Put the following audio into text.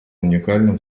уникальным